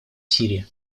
сирии